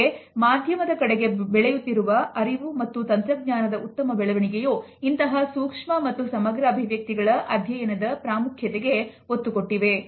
ಹೀಗೆ ಮಾಧ್ಯಮದ ಕಡೆಗೆ ಬೆಳೆಯುತ್ತಿರುವ ಅರಿವು ಮತ್ತು ತಂತ್ರಜ್ಞಾನದ ಉತ್ತಮ ಬೆಳವಣಿಗೆಯು ಇಂತಹ ಸೂಕ್ಷ್ಮ ಮತ್ತು ಸಮಗ್ರ ಅಭಿವ್ಯಕ್ತಿಗಳ ಅಧ್ಯಯನದ ಪ್ರಾಮುಖ್ಯತೆಗೆ ಒತ್ತು ಕೊಟ್ಟಿವೆ